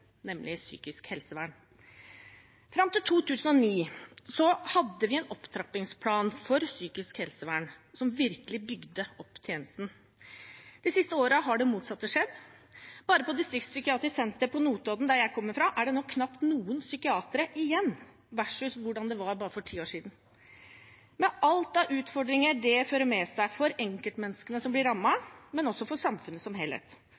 psykisk helsevern som virkelig bygde opp tjenesten. De siste årene har det motsatte skjedd. Bare på Distriktspsykiatrisk senter på Notodden, der jeg kommer fra, er det nå knapt noen psykiatere igjen i motsetning til hvordan det var for bare ti år siden. Det gjøre det utfordrende for enkeltmenneskene som blir rammet, men også for samfunnet som helhet,